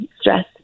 stress